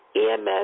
EMS